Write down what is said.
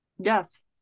yes